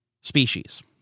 species